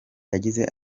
yagize